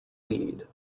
lead